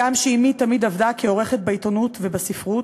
הגם שאמי תמיד עבדה, כעורכת בעיתונות ובספרות.